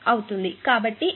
కాబట్టి ఇక్కడ current 3 I x